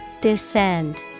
Descend